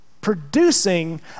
producing